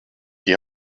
die